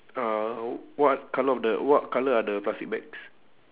uh what colour of the what colour are the plastic bags